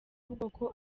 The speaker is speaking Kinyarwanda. ubwoko